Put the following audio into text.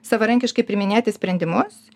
savarankiškai priiminėti sprendimus